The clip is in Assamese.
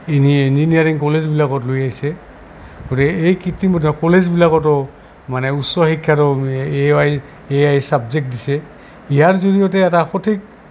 এনে ইঞ্জিনিয়াৰিং কলেজবিলাকত লৈ আহিছে গতিকে এই কৃত্তিম কলেজবিলাকতো মানে উচ্চ শিক্ষাতটো A Y A I subject দিছে ইয়াৰ জৰিয়তে এটা সঠিক